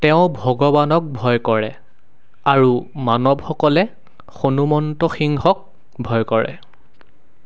তেওঁ ভগৱানক ভয় কৰে আৰু মানৱসকলে হনুমন্ত সিংহক ভয় কৰে